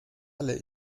alle